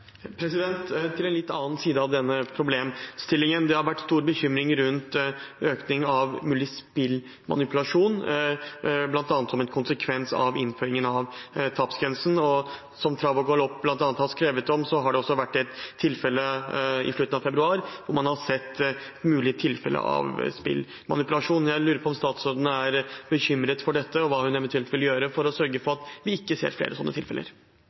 Til en litt annen side av denne problemstillingen: Det har vært stor bekymring rundt økningen av en mulig spillmanipulasjon, bl.a. som en konsekvens av innføring av tapsgrensen, og som Trav og Galopp-Nytt bl.a. har skrevet om, har det også vært et tilfelle i slutten av februar der man har sett et mulig tilfelle av spillmanipulasjon. Jeg lurer på om statsråden er bekymret for dette, og hva hun eventuelt vil gjøre for å sørge for at vi ikke ser flere sånne tilfeller.